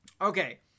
Okay